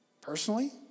Personally